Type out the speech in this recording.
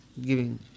giving